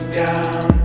down